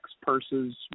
purses